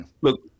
look